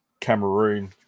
Cameroon